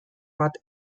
bat